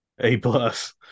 A-plus